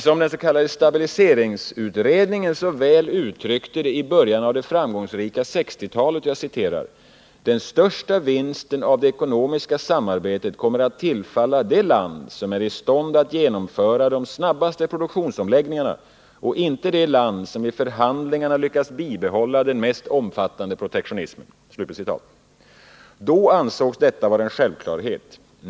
Som den s.k. stabiliseringsutredningen så väl uttryckte det i början av det framgångsrika 1960-talet: ”Den största vinsten av det ekonomiska samarbetet kommer att tillfalla det land, som är i stånd att genomföra de snabbaste produktionsomläggningarna, och inte det land som vid förhandlingarna lyckats bibehålla den mest omfattande protektionismen.” Då ansågs detta vara en självklarhet.